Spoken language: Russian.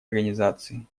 организации